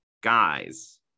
guys